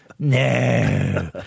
No